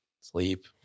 sleep